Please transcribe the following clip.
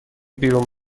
بیرون